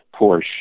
Porsche